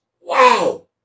wow